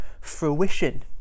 fruition